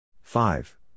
Five